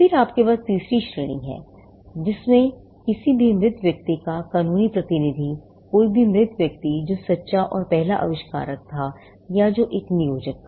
फिर आपके पास तीसरी श्रेणी है किसी भी मृत व्यक्ति का कानूनी प्रतिनिधि कोई भी मृत व्यक्ति जो सच्चा और पहला आविष्कारक था या जो एक नियोजक था